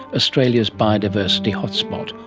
australia's biodiversity hotspot,